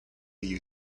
you